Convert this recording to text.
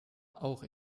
auch